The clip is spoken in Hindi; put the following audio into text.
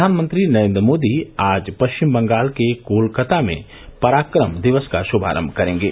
प्रधानमंत्री नरेन्द्र मोदी आज पश्चिम बंगाल के कोलकाता में पराक्रम दिवस का शुभारम करेंगे